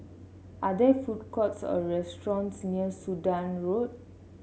are there food courts or restaurants near Sudan Road